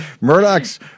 Murdoch's